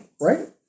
Right